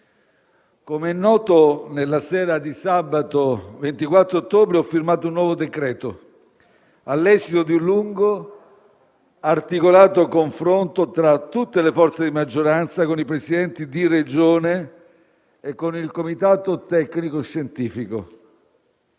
Come è noto, nella sera di sabato 24 ottobre ho firmato un nuovo decreto, all'esito di un lungo e articolato confronto tra tutte le forze di maggioranza, con i Presidenti di Regione e con il Comitato tecnico-scientifico.